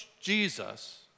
Jesus